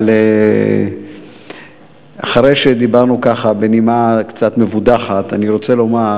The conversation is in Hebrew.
אבל אחרי שדיברנו ככה בנימה קצת מבודחת אני רוצה לומר,